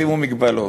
תשימו הגבלות,